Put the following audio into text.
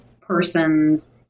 persons